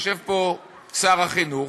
יושב פה שר החינוך,